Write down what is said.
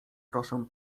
proszę